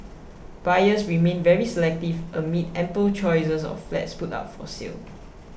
buyers remain very selective amid ample choices of flats put up for sale